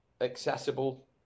accessible